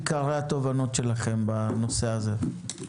לשולחן ותציגו את עיקרי התובנות שלכם בנושא הזה.